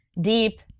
deep